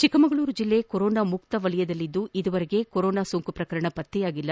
ಚಿಕ್ಕಮಗಳೂರು ಜಿಲ್ಲೆ ಕೊರೊನಾ ಮುಕ್ತ ವಲಯದಲ್ಲಿದ್ದು ಈವರೆಗೆ ಕೊರೊನಾ ಸೋಂಕು ಪ್ರಕರಣ ಪತ್ತೆಯಾಗಿಲ್ಲ